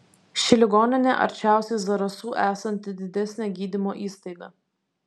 ši ligoninė arčiausiai zarasų esanti didesnė gydymo įstaiga